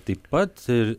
taip pat